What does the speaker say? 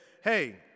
Hey